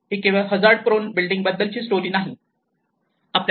ही केवळ hazard prone building बद्दलची story नाही